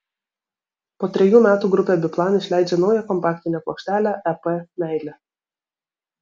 po trejų metų grupė biplan išleidžia naują kompaktinę plokštelę ep meilė